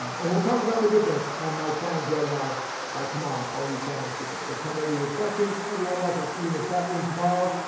um and we'll talk about the difference on my challenge webinar tomorrow, all you challenge students, so come ready with questions everyone else, i'll see you in the chat room tomorrow.